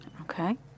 Okay